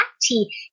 tea